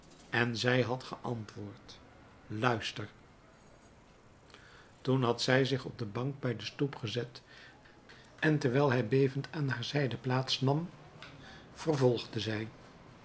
en zij had geantwoord luister toen had zij zich op de bank bij de stoep gezet en terwijl hij bevend aan haar zijde plaats nam vervolgde zij